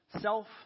self